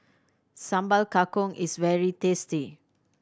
Sambal Kangkong is very tasty